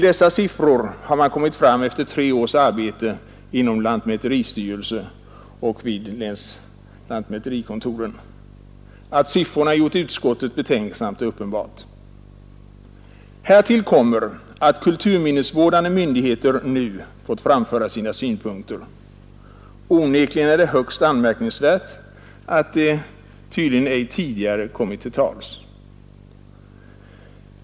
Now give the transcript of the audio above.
Dessa siffror har man kommit fram till efter tre års arbete inom lantmäteristyrelsen och hos överlantmätarna. Att siffrorna gjort utskottet betänksamt är tydligt. Härtill kommer att kulturminnesvårdande myndigheter nu framfört sina synpunkter. Onekligen är det högst anmärkningsvärt att de inte tidigare kommit till tals.